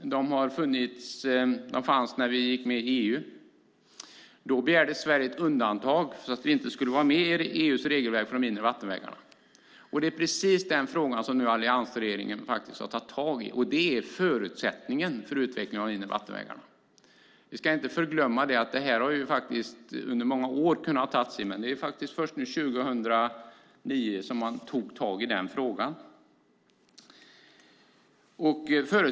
De fanns när vi gick med i EU. Då begärde Sverige ett undantag så att vi inte skulle vara med i EU:s regelverk för de inre vattenvägarna. Det är precis den frågan som alliansregeringen nu har tagit tag i. En förutsättning för utveckling av de inre vattenvägarna är att detta undantag tas bort. Vi ska inte glömma att man hade kunnat ta tag i detta under många år.